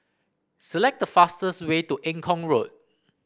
select the fastest way to Eng Kong Road